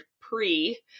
pre